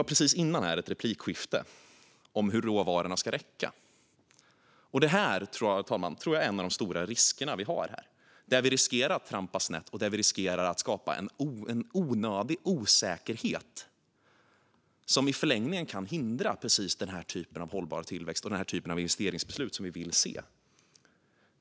Tidigare i debatten var det ett replikskifte om hur råvarorna ska räcka till. Här, fru talman, tror jag att vi har en av de stora riskerna där vi riskerar att trampa snett och skapa en onödig osäkerhet som i förlängningen kan hindra precis den typ av hållbar tillväxt och investeringsbeslut som vi vill se.